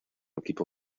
equipo